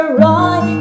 right